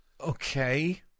Okay